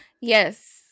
Yes